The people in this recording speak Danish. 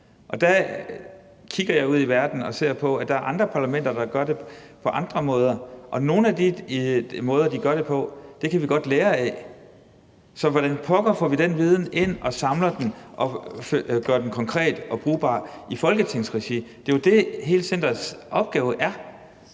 Og der kigger jeg ud i verden og ser, at der er andre parlamenter, der gør det på andre måder, og nogle af de måder, de gør det på, kan vi godt lære af. Så hvordan pokker får vi den viden ind og samler den og gør den konkret og brugbar i folketingsregi? Det er jo det, centerets opgave er.